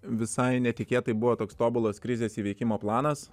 visai netikėtai buvo toks tobulas krizės įveikimo planas